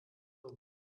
sumpf